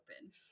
open